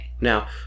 now